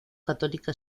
católica